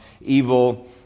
evil